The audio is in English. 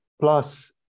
plus